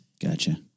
Gotcha